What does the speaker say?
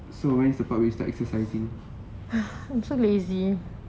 so when is probably you start exercising